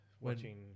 Watching